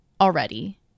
already